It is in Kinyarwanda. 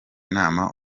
inama